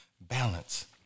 balance